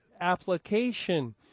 application